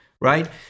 right